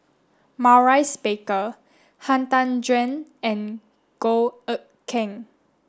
Maurice Baker Han Tan Juan and Goh Eck Kheng